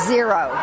Zero